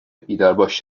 بیدارباش